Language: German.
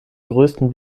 größten